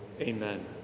Amen